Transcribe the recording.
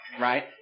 right